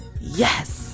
Yes